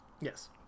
Yes